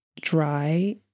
dry